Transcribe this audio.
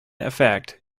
effect